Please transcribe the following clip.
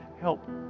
help